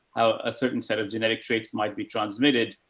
how a certain set of genetic traits might be transmitted,